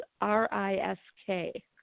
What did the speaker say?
R-I-S-K